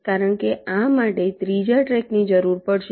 કારણ કે આ માટે ત્રીજા ટ્રેકની જરૂર પડશે